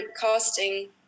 casting